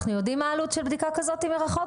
אנחנו יודעים מה העלות של בדיקה כזאת מרחוק?